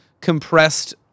compressed